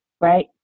Right